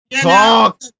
Talk